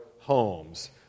homes